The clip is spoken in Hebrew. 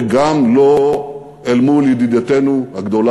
וגם לא אל מול ידידתנו הגדולה,